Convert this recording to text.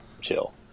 chill